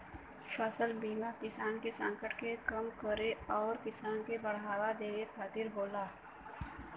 फसल बीमा किसान के संकट के कम करे आउर किसान के बढ़ावा देवे खातिर होला